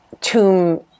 tomb